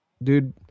Dude